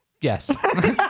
Yes